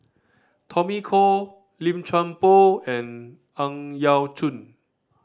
Tommy Koh Lim Chuan Poh and Ang Yau Choon